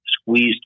squeezed